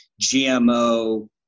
GMO